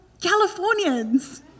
Californians